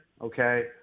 okay